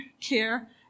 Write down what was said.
care